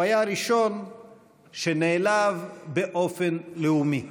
הוא היה הראשון שנעלב באופן לאומי.